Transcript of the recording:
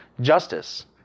justice